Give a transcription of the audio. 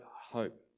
hope